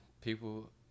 People